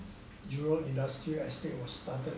jurong industrial estate was started